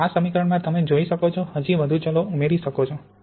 તેથી આ સમીકરણમાં તમે જોઈ શકો છો હજી વધુ ચલો ઉમેરી શકો છો